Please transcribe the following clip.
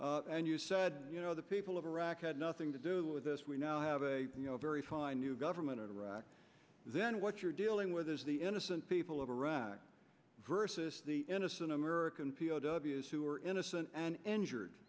n and you said you know the people of iraq had nothing to do with this we now have a very fine new government in iraq then what you're dealing with is the innocent people of iraq versus the innocent american p o w s who are innocent and endured